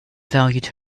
valued